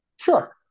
Sure